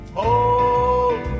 hold